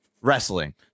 wrestling